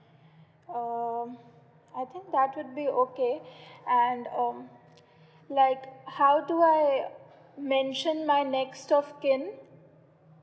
um I think that would be okay and um like how do I mention my next of kin